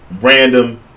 random